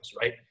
right